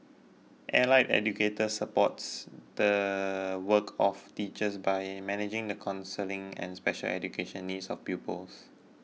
allied educators supports the work of teachers by managing the counselling and special education needs of pupils